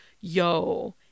yo